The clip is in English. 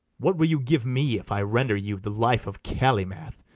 what will you give me if i render you the life of calymath,